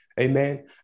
Amen